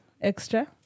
extra